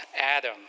Adam